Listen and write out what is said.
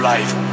Life